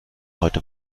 heute